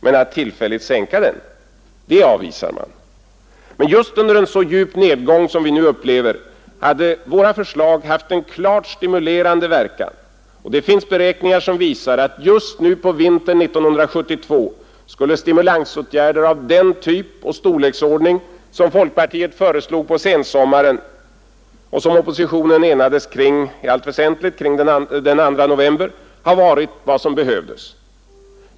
Men att tillfälligt sänka den, det avvisar man, Men just under en så djup nedgång som den vi upplever hade våra förslag haft en klart stimulerande verkan. Det finns beräkningar som visar att just nu på vintern 1972 skulle stimulansåtgärder av den typ och storleksordning som folkpartiet föreslog på sensommaren och som oppositionen i allt väsentligt enades kring den 2 november ha varit vad som behövdes.